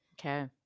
Okay